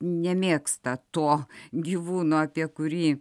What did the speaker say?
nemėgsta to gyvūno apie kurį